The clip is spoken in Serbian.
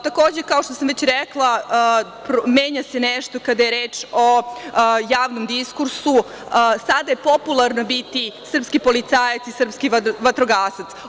Takođe, kao što sam već rekla, menja se nešto, kada je reč o javnom diskursu, sada je popularno biti srpski policajac i srpski vatrogasac.